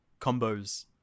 combos